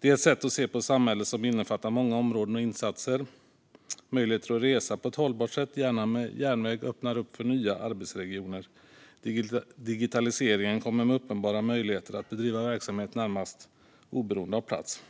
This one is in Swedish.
Det är ett sätt att se på samhället som innefattar många områden och insatser. Möjligheter att resa på ett hållbart sätt, gärna med järnväg, öppnar för nya arbetsregioner. Digitaliseringen kommer med uppenbara möjligheter att bedriva verksamhet närmast oberoende av plats.